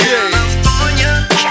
California